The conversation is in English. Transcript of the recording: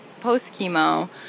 post-chemo